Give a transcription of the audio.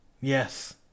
Yes